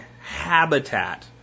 habitat